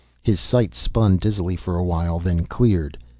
his sight spun dizzily for a while then cleared.